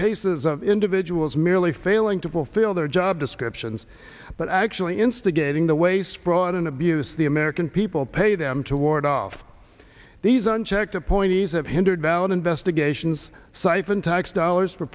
cases of individuals merely failing to fulfill their job descriptions but actually instigating the waste fraud and abuse the american people pay them to ward off these unchecked appointees have hindered valid investigations siphon tax dollars for